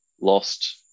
lost